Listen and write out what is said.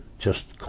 just